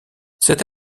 cette